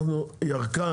ירקן